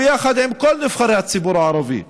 ביחד עם כל נבחרי הציבור הערבי,